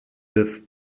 with